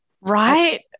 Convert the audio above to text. right